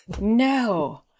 No